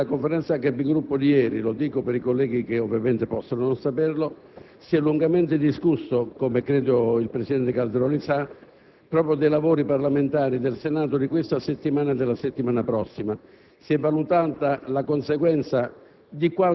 Nella Conferenza dei Capigruppo di ieri, lo dico per i colleghi che possono non saperlo, si è lungamente discusso, come credo il presidente Calderoli sa, proprio dei lavori parlamentari del Senato di questa settimana e della settimana prossima e si è valutata la possibilità